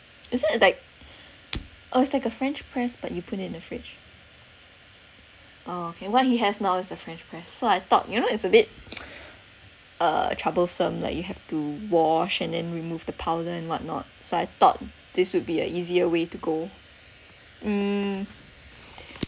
isn't it like uh it's like a french press but you put in the fridge uh okay what he has now is a french press so I thought you know it's a bit uh troublesome like you have to wash and then remove the powder and what not so I thought this would be a easier way to go mm